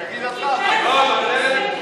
תגיד שאתה אמרת.